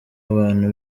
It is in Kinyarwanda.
abantu